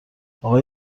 آقای